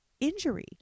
injury